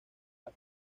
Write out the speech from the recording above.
las